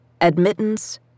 Admittance